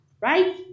Right